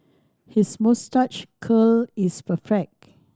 his moustache curl is perfect